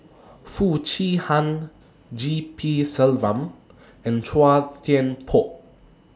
Foo Chee Han G P Selvam and Chua Thian Poh